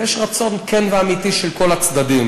ויש רצון כן ואמיתי של כל הצדדים.